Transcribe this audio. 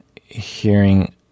hearing